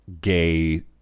gay